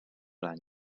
anys